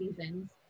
seasons